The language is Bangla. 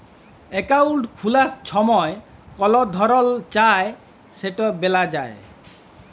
একাউল্ট খুলার ছময় কল ধরল চায় সেট ব্যলা যায়